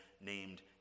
named